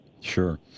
Sure